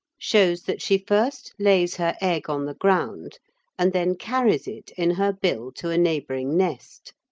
shows that she first lays her egg on the ground and then carries it in her bill to a neighbouring nest.